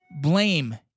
blame